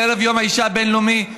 ערב יום האישה הבין-לאומי,